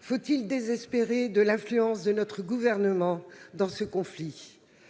Faut-il désespérer de l'influence de notre gouvernement dans ce conflit ?